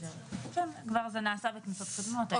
כבר זה נעשה בכנסות קודמות.